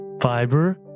fiber